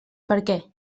perquè